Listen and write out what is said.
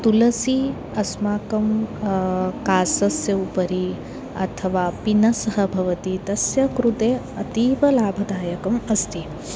तुलसी अस्माकं खासस्य उपरि अथवा पिनसः भवति तस्य कृते अतीवलाभदायकम् अस्ति